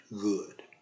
good